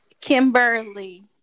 Kimberly